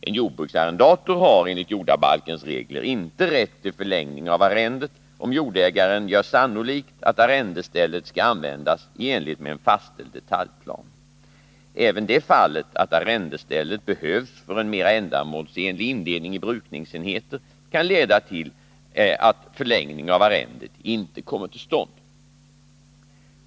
En jordbruksarrendator har enligt jordabalkens regler inte rätt till förlängning av arrendet om jordägaren gör sannolikt att arrendestället skall användas i enlighet med en fastställd detaljplan. Även det fallet att arrendestället behövs för en mera ändamålsenlig indelning i brukningsenheter kan leda till att förlängning av arrendet inte kommer till stånd.